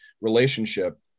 relationship